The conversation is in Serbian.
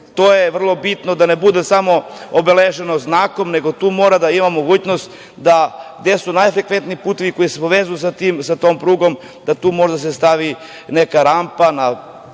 to je vrlo bitno, da ne bude samo obeleženo znakom, nego tu mora da postoji mogućnost da gde su najfrekventniji putevi koji se povezuju sa tom prugom, da tu može da se stavi neka rampa, na